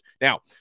Now